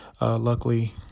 Luckily